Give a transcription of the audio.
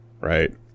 right